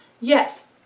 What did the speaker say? Yes